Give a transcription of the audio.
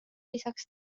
lisaks